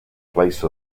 place